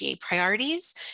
priorities